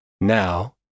Now